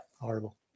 horrible